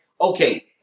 Okay